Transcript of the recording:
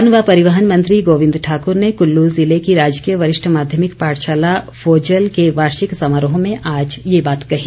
one ेव परिवहन मंत्री गोविंद ठाकुर ने कुल्लू ज़िले की राजकीय वरिष्ठ माध्यमिक पाठशाला फोजल के वार्षिक समारोह में आज ये बात कही